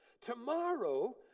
Tomorrow